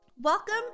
Welcome